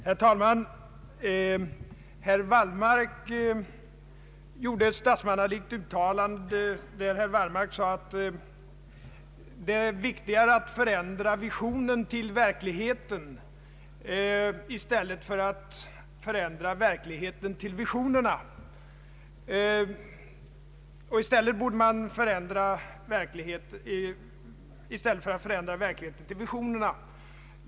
Herr talman! Herr Wallmark gjorde ett ”statsmannauttalande”, när han sade att det är viktigare att förändra visionen efter verkligheten än att förändra verkligheten efter visionen.